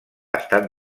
estat